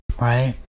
right